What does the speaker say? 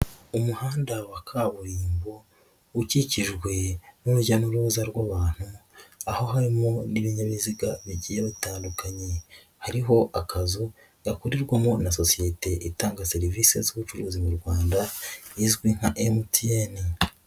Umuhanda wa kaburimbo, ukikijwe n'urujya n'uruza rw'abantu, aho harimo n'ibinyabiziga bigiye bitandukanye, hariho akazu gakorerwamo na sosiyete itanga serivisi z'ubucuruzi mu rwanda, izwi nka MTN.